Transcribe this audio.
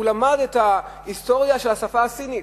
הוא למד את ההיסטוריה של השפה הסינית,